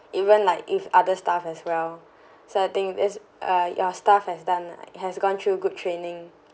even like if other staff as well so I think is uh your staff has done like has gone through good training